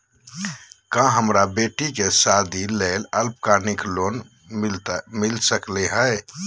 का हमरा बेटी के सादी ला अल्पकालिक लोन मिलता सकली हई?